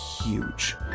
huge